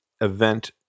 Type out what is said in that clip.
event